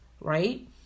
Right